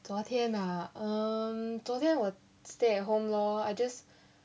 昨天啊 um 昨天我 stay at home lor I just